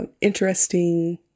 interesting